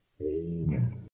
amen